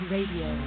Radio